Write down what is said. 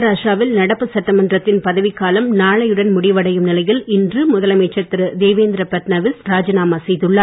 மகாராஷ்டிராவில் நடப்பு சட்டமன்றத்தின் பதவிக் காலம் நாளையுடன் முடிவடையும் நிலையில் இன்று முதலமைச்சர் திரு தேவேந்திர ஃபட்நவீஸ் ராஜினாமா செய்துள்ளார்